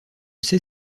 sait